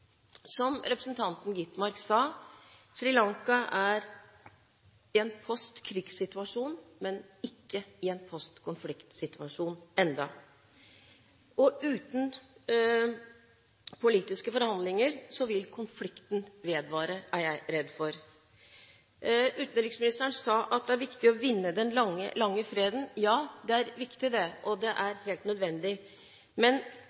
Som representanten Skovholt Gitmark sa: Sri Lanka er i en post-krig-situasjon, men ikke i en post-konflikt-situasjon ennå. Uten politiske forhandlinger vil konflikten vedvare, er jeg redd for. Utenriksministeren sa at det er viktig å vinne den lange freden. Ja, det er viktig, og det er helt nødvendig, men